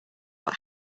what